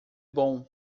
bom